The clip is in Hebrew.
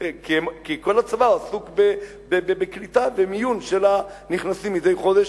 כי כל הצבא עסוק בקליטה ובמיון של הנכנסים מדי חודש,